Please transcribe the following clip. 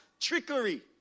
trickery